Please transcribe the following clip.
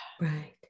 Right